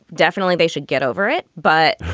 definitely. they should get over it. but